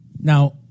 Now